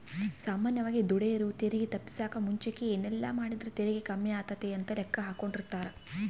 ಸಾಮಾನ್ಯವಾಗಿ ದುಡೆರು ತೆರಿಗೆ ತಪ್ಪಿಸಕ ಮುಂಚೆಗೆ ಏನೆಲ್ಲಾಮಾಡಿದ್ರ ತೆರಿಗೆ ಕಮ್ಮಿಯಾತತೆ ಅಂತ ಲೆಕ್ಕಾಹಾಕೆಂಡಿರ್ತಾರ